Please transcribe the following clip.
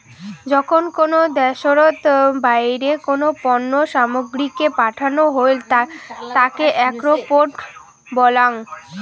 যখন কোনো দ্যাশোতর বাইরে কোনো পণ্য সামগ্রীকে পাঠানো হই তাকে এক্সপোর্ট বলাঙ